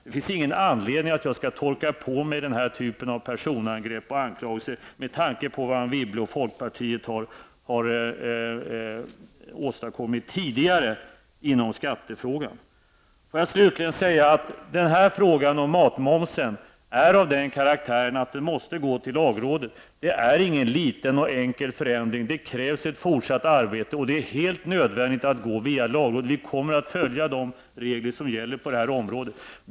Det finns ingen anledning att jag skall finna mig i den här typen av personangrepp och anklagelser med tanke på vad Anne Wibble och folkpartiet tidigare har åstadkommit inom skatteområdet. Slutligen vill jag säga att frågan om matmomsen är av den karaktären att den måste gå till lagrådet. Detta är ingen liten och enkel förändring. Det krävs ett fortsatt arbete, och det är alldeles nödvändigt att gå via lagrådet. Vi kommer att följa de regler som gäller på detta område.